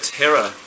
terror